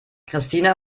christina